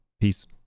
Peace